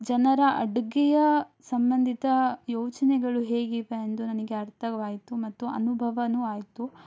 ಜನರ ಅಡುಗೆಯ ಸಂಬಂಧಿತ ಯೋಚನೆಗಳು ಹೇಗಿವೆ ಅಂದು ನನಗೆ ಅರ್ಥವಾಯಿತು ಮತ್ತು ಅನುಭವನೂ ಆಯಿತು